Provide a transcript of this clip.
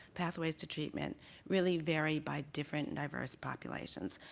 pathways to treatment really vary by different diverse populations.